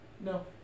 no